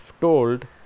told